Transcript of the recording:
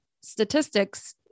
statistics